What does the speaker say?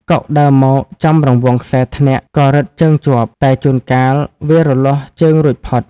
កុកដើរមកចំរង្វង់ខ្សែធ្នាក់ក៏រឹតជើងជាប់ តែជួនកាលវារលាស់ជើងរួចផុត ។